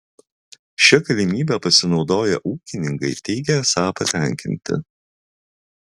šia galimybe pasinaudoję ūkininkai teigia esą patenkinti